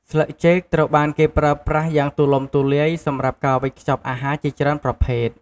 ស្លឹកចេកត្រូវបានគេប្រើប្រាស់យ៉ាងទូលំទូលាយសម្រាប់ការវេចខ្ចប់អាហារជាច្រើនប្រភេទ។